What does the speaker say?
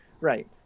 Right